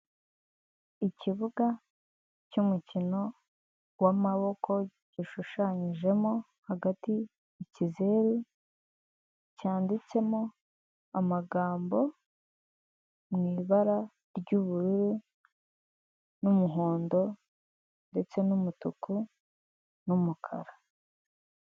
Ikibuga cy'umukino w'amaboko gishushanyijemo hagati ikizeru cyanditsemo amagambo mu ibara ry'ubururu n'umuhondo ndetse n'umutuku n'umukara.